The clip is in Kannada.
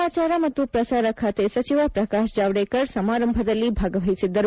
ಸಮಾಚಾರ ಮತ್ತು ಪ್ರಸಾರ ಖಾತೆಯ ಸಚಿವ ಪ್ರಕಾಶ್ ಜಾವಡೇಕರ್ ಸಮಾರಂಭದಲ್ಲಿ ಭಾಗವಹಿಸಿದ್ದರು